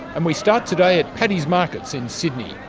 and we start today at paddy's markets in sydney.